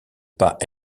pas